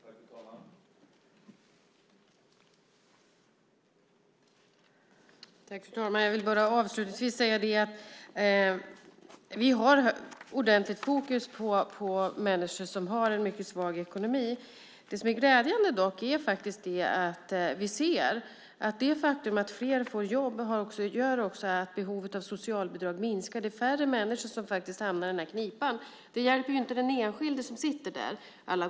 Fru talman! Jag vill avslutningsvis säga att vi har ordentligt fokus på människor som har en svag ekonomi. Det som dock är glädjande är att vi ser att det faktum att fler får jobb också gör att behovet av socialbidrag minskar. Det är färre människor som hamnar i knipan. Det hjälper inte alla gånger den enskilde som sitter där.